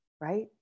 right